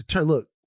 Look